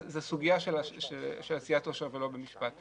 אז זו סוגיה של עשיית עושר ולא במשפט.